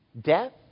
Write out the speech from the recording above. Death